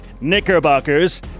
Knickerbockers